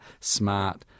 smart